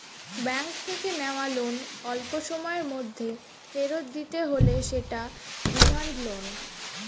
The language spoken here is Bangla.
ব্যাঙ্ক থেকে নেওয়া লোন অল্পসময়ের মধ্যে ফেরত দিতে হলে সেটা ডিমান্ড লোন